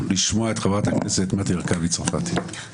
לשמוע את חברת הכנסת מטי הרכבתי צרפתי,